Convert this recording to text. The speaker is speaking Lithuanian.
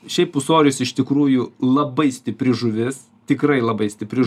šiaip ūsorius iš tikrųjų labai stipri žuvis tikrai labai stipri žu